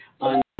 on